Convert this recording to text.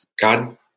God